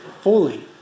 fully